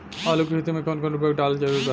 आलू के खेती मे कौन कौन उर्वरक डालल जरूरी बा?